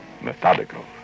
Methodical